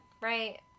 right